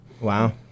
wow